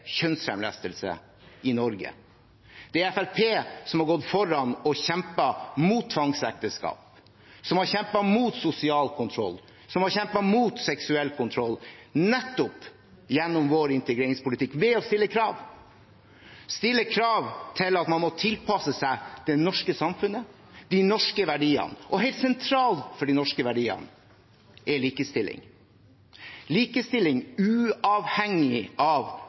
kjønnslemlestelse i Norge. Det er Fremskrittspartiet som har gått foran og kjempet mot tvangsekteskap, som har kjempet mot sosial kontroll, som har kjempet mot seksuell kontroll, nettopp gjennom vår integreringspolitikk, ved å stille krav om at man må tilpasse seg det norske samfunnet og de norske verdiene. Og helt sentralt for de norske verdiene er likestilling – likestilling uavhengig av